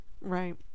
right